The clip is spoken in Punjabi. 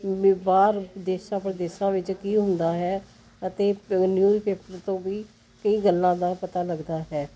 ਵੀ ਬਾਹਰ ਦੇਸ਼ਾਂ ਪ੍ਰਦੇਸ਼ਾਂ ਵਿੱਚ ਕੀ ਹੁੰਦਾ ਹੈ ਅਤੇ ਪ ਨਿਊਜ਼ ਪੇਪਰ ਤੋਂ ਵੀ ਕਈ ਗੱਲਾਂ ਦਾ ਪਤਾ ਲੱਗਦਾ ਹੈ